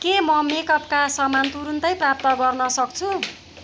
के म मेकअपका सामान तुरुन्तै प्राप्त गर्न सक्छु